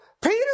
Peter